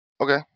Okay